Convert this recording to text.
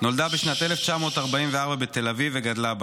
נולדה בשנת 1944 בתל אביב וגדלה בה.